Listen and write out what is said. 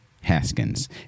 Haskins